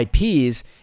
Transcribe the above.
IPs